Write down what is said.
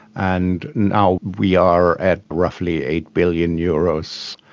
and now we are at roughly eight billion euros,